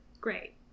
great